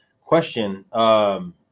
question –